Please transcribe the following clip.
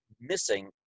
missing